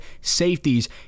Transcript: safeties